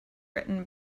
written